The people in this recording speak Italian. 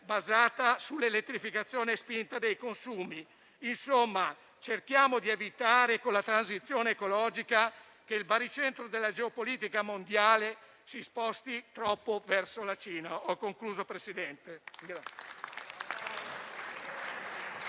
basata sull'elettrificazione spinta dei consumi. Insomma, cerchiamo di evitare con la transizione ecologica che il baricentro della geopolitica mondiale si sposti troppo verso la Cina.